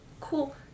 Cool